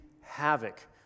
havoc